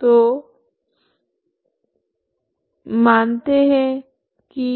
तो uxtu1xtu2xt मानते है की